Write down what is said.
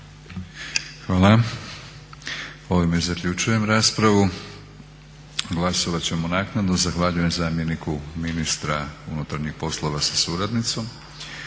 Hvala. Ovime zaključujem raspravu. Glasovat ćemo naknadno. Zahvaljujem zamjeniku ministra unutarnjih poslova sa suradnicom.